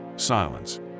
silence